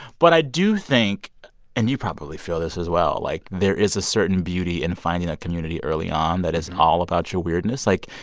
but i do think and you probably feel this as well like, there is a certain beauty in finding that community early on that is all about your weirdness. like,